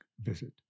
visit